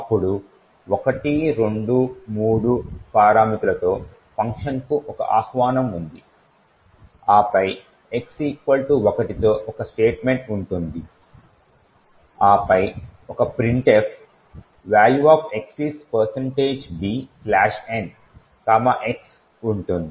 అప్పుడు 1 2 మరియు 3 పారామితులతో ఫంక్షన్కు ఒక ఆహ్వానం ఉంది ఆపై x 1 తో ఒక స్టేట్మెంట్ ఉంటుంది ఆపై ఒక printf"Value of X is dn"x ఉంటుంది